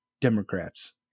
Democrats